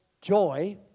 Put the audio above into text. joy